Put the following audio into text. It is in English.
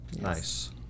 Nice